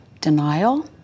Denial